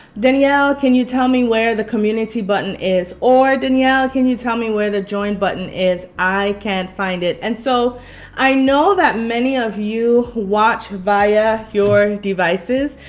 danielle can you tell me where the community button is? or, danielle can you tell me where the join button is? i can't find it. and so i know that many of you who watch via your devices,